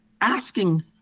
asking